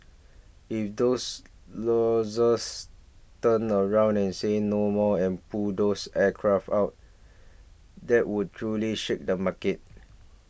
if those lessors turn around and say no more and pull those aircraft out that would truly shake the market